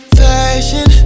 fashion